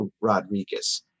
Rodriguez